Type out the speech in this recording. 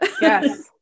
Yes